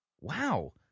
Wow